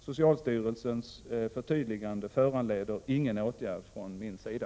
Socialstyrelsens förtydligande föranleder ingen åtgärd från min sida.